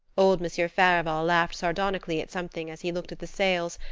old monsieur farival laughed sardonically at something as he looked at the sails,